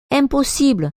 impossible